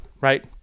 right